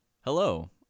Hello